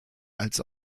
als